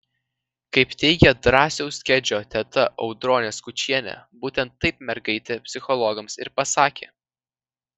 kaip teigia drąsiaus kedžio teta audronė skučienė būtent taip mergaitė psichologams ir pasakė